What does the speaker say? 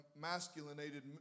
masculinated